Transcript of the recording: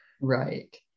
Right